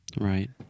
Right